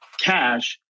Cash